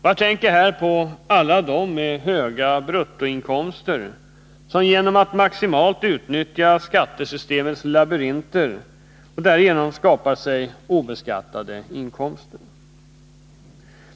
Jag tänker på alla dem som har höga bruttoinkomster och som genom att maximalt utnyttja skattesystemets labyrinter skapar sig obeskattade inkomster.